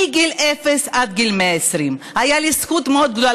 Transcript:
מגיל אפס עד גיל 120. הייתה לי זכות מאוד גדולה